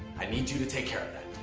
i need you to take care of that.